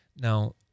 Now